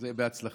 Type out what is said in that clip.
אז בהצלחה.